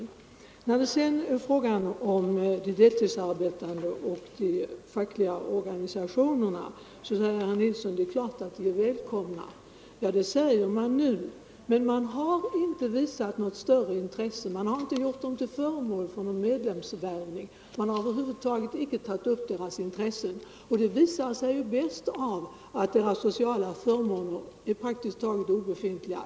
På frågan om de deltidsarbetande är välkomna in i de fackliga organisationerna sade herr Nilsson i Kalmar att det är klart att de är välkomna. Ja, det säger man nu, men man har inte visat något större intresse för dem tidigare — man har inte gjort dem till föremål för någon medlemsvärvning eller över huvud taget tagit upp deras intressen till behandling. Detta visar sig bäst i att deras sociala förmåner är praktiskt taget obefintliga.